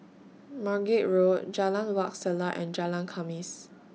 Margate Road Jalan Wak Selat and Jalan Khamis